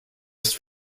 ist